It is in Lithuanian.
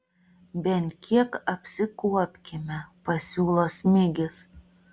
bent kiek apsikuopkime pasiūlo smigis